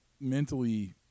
mentally –